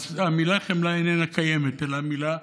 אז המילה "חמלה" איננה קיימת, אלא המילה "זכות"